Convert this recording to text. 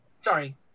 Sorry